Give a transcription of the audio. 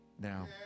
Now